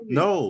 no